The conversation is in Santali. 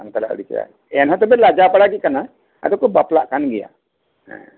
ᱥᱟᱱᱛᱟᱲᱟᱜ ᱟᱹᱨᱤ ᱮᱱᱦᱚᱸ ᱞᱟᱡᱟ ᱯᱟᱲᱟ ᱜᱮ ᱠᱟᱱᱟ ᱟᱫᱚ ᱠᱚ ᱵᱟᱯᱞᱟᱜ ᱠᱟᱱ ᱜᱮᱭᱟ